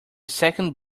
second